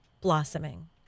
blossoming